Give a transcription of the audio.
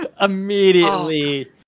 Immediately